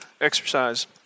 exercise